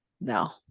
No